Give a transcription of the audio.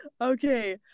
okay